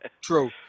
True